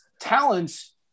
talents